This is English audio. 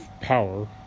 power